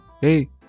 Hey